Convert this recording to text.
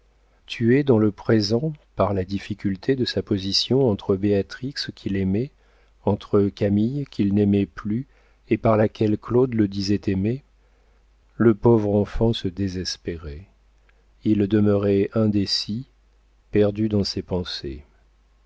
tué dans le présent par la difficulté de sa position entre béatrix qu'il aimait entre camille qu'il n'aimait plus et par laquelle claude le disait aimé le pauvre enfant se désespérait il demeurait indécis perdu dans ses pensées